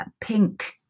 pink